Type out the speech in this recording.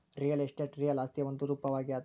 real estate real ಆಸ್ತಿಯ ಒಂದು ರೂಪವಾಗ್ಯಾದ